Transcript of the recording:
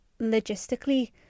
logistically